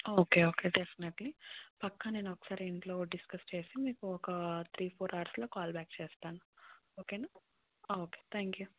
okay okay definitely పక్కా నేను ఒకసారి ఇంట్లో డిస్కస్ చేసి మీకు ఒక త్రీ ఫోర్ అవర్స్లో కాల్ బ్యాక్ చేస్తాను ఓకేనా ఓకే థ్యాంక్ యూ